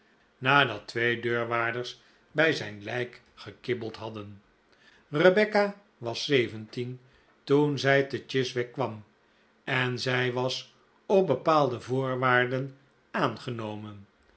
nadat twee deurwaarders bij zijn lijk gekibbeld hadden rebecca was zeventien toen zij te chiswick kwam en zij was op bepaalde voorwaarden aangenomen